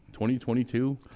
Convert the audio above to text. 2022